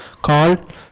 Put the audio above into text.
called